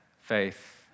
faith